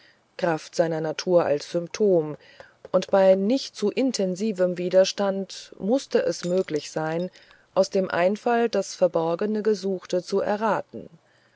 kraft seiner natur als symptom und bei nicht zu intensivem widerstand mußte es möglich sein aus dem einfall das verborgene gesuchte zu erraten